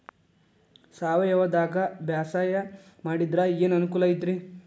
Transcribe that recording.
ಸಾವಯವದಾಗಾ ಬ್ಯಾಸಾಯಾ ಮಾಡಿದ್ರ ಏನ್ ಅನುಕೂಲ ಐತ್ರೇ?